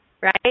right